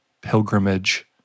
pilgrimage